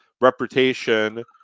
reputation